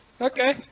Okay